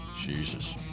Jesus